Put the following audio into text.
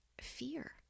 fear